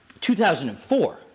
2004